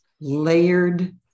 layered